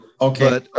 Okay